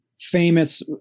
famous